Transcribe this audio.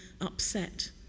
upset